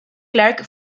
clark